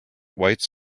white